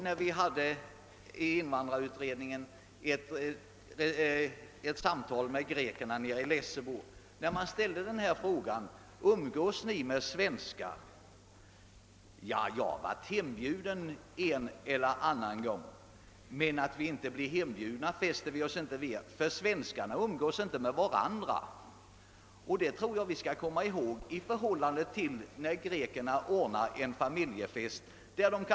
När vi i invandrarutredningen hade ett samtal med grekerna i Lessebo och ställde frågan, om de umgås med svenskar, så svarade en av dem: »Jag har varit hembjuden en eller annan gång, men att vi inte blir hembjudna i någon större utsträckning fäster vi oss inte vid, svenskarna umgås ju inte ens med varandra.« Vi bör göra klart för oss att det är skillnad mellan svenskar och greker när det gäller samlevnaden.